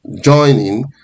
joining